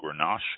Grenache